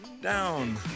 Down